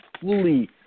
fully